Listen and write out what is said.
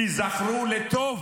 תיזכרו לטוב,